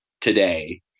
today